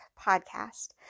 podcast